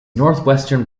northwestern